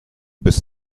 bist